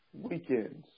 weekends